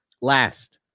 Last